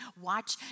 watch